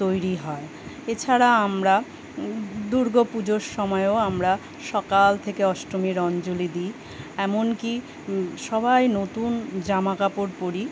তৈরি হয় এছাড়া আমরা দুর্গা পুজোর সময়ও আমরা সকাল থেকে অষ্টমীর অঞ্জলি দিই এমনকি সবাই নতুন জামাকাপড় পরি